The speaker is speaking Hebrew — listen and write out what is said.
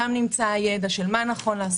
שם נמצא הידע של מה נכון לעשות,